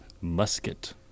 Musket